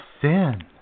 sin